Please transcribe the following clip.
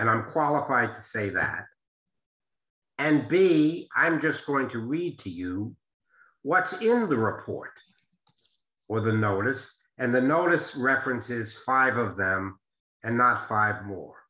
and i'm qualified to say that and b i'm just going to read to you what's in the report or the notice and the notice references five of them and not five more